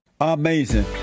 Amazing